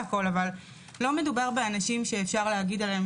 אבל לא מדובר באנשים שאפשר לומר עליהם